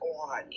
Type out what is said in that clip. on